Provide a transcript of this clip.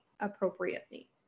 appropriately